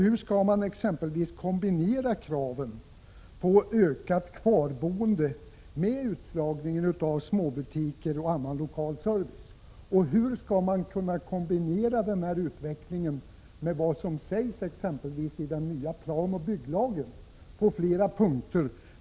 Hur skall man exempelvis kunna kombinera kraven på ökat kvarboende med utslagningen av småbutiker och annan lokal service? Hur kan denna utveckling kombineras med vad som sägs i den nya planoch bygglagen på flera punkter?